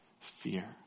fear